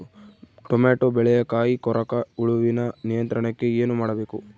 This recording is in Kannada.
ಟೊಮೆಟೊ ಬೆಳೆಯ ಕಾಯಿ ಕೊರಕ ಹುಳುವಿನ ನಿಯಂತ್ರಣಕ್ಕೆ ಏನು ಮಾಡಬೇಕು?